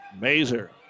Mazer